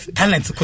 talent